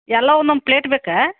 ಎಲ್ಲ ಒಂದೊಂದು ಪ್ಲೇಟ್ ಬೇಕಾ